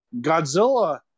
Godzilla